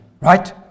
Right